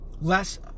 less